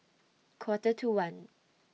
Quarter to one